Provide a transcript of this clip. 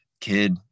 kid